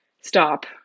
stop